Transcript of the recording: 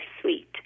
sweet